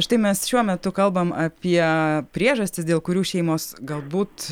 štai mes šiuo metu kalbam apie priežastis dėl kurių šeimos galbūt